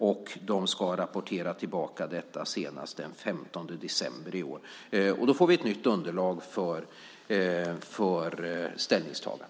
De ska rapportera tillbaka detta senast den 15 december i år. Då får vi ett nytt underlag för ställningstagande.